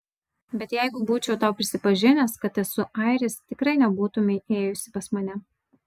bet jeigu būčiau tau prisipažinęs kad esu airis tikrai nebūtumei ėjusi pas mane